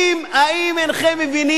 אני מקבל